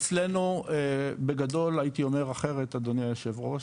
אצלנו בגדול הייתי אומר אחרת אדוני היו"ר,